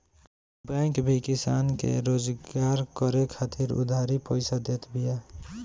bank भी किसान के रोजगार करे खातिर उधारी पईसा देत बिया